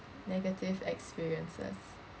negative experiences